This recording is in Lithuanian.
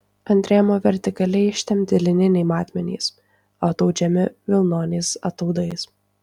ant rėmo vertikaliai ištempiami lininiai metmenys o ataudžiami vilnoniais ataudais